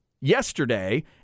Yesterday